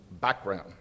background